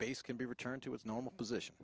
base can be returned to its normal position